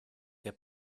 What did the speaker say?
der